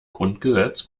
grundgesetz